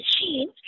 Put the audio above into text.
machine